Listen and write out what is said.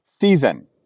season